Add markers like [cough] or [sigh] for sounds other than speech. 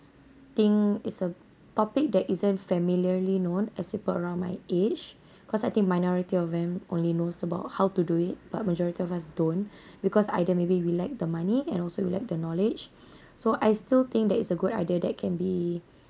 thing it's a topic that isn't familiarly known as people around my age [breath] cause I think minority of them only knows about how to do it but majority of us don't [breath] because either maybe we lack the money and also we lack the knowledge [breath] so I still think that it's a good idea that can be [breath]